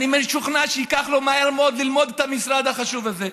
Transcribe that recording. אני משוכנע שמהר מאוד הוא ילמד את המשרד החשוב הזה.